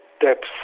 depth